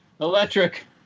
electric